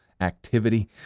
activity